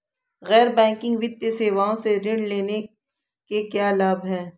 गैर बैंकिंग वित्तीय सेवाओं से ऋण लेने के क्या लाभ हैं?